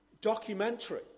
documentary